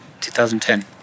2010